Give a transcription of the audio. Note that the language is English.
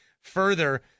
further